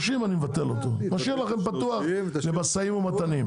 משאיר לכם פתוח למשאים ומתנים.